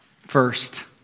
First